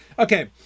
Okay